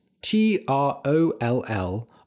T-R-O-L-L